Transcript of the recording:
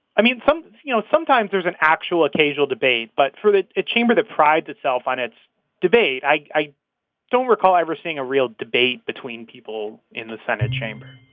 i mean, some you know, sometimes there's an actual occasional debate. but for a ah chamber that prides itself on its debate, i don't recall ever seeing a real debate between people in the senate chamber